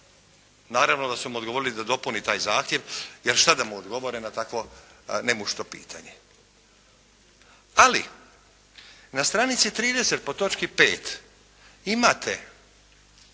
Naravno da su mu odgovorili da dopuni taj zahtjev, jer šta da mu odgovore na takvo nemušto pitanje. Ali na stranici 30. pod